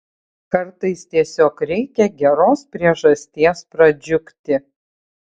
kartais tiesiog reikia geros priežasties pradžiugti